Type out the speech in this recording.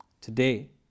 Today